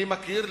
אני מכיר,